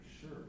sure